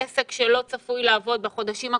עסק שלא צפוי לעבוד בחודשים הקרובים,